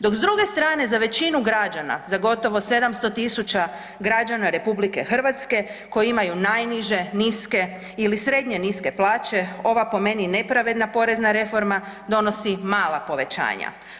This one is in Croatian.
Dok s druge strane za većinu građana za gotovo 700.000 građana RH koji imaju najniže, niske ili srednje niske plaće ova po meni nepravedna porezna reforma donosi mala povećanja.